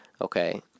Okay